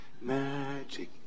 magic